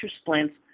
splints